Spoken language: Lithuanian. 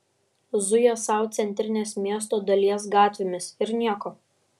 zuja sau centrinės miesto dalies gatvėmis ir nieko